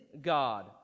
God